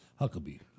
Huckabee